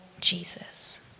Jesus